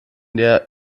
der